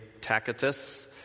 Tacitus